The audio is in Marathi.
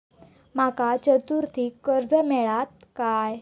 माका चतुर्थीक कर्ज मेळात काय?